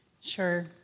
Sure